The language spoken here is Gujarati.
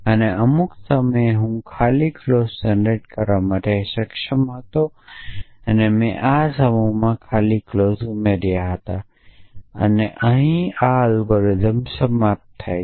અને અમુક સમયે હું નલ ક્લોઝ જનરેટ કરવા માટે સક્ષમ હતો અને મેં આ સમૂહમાં નલ ક્લોઝ ઉમેર્યો અને અહી એલ્ગોરિધમ સમાપ્ત થાય છે